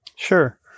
Sure